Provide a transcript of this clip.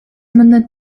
mündet